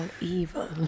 evil